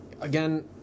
Again